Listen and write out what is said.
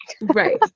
Right